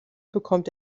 bekommt